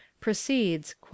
proceeds